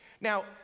Now